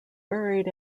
buried